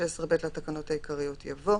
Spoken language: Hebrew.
16 ב לתקנות העיקריות יבוא: